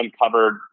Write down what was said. uncovered